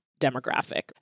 demographic